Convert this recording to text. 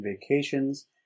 vacations